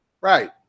Right